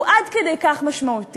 הוא עד כדי כך משמעותי.